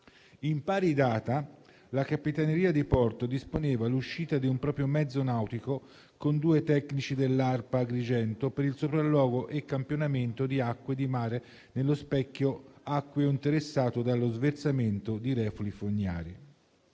In pari data la Capitaneria di porto disponeva l'uscita di un proprio mezzo nautico con due tecnici dell'ARPA Agrigento per il sopralluogo e campionamento di acque di mare nello specchio acqueo interessato dallo sversamento di reflui fognari.